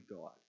God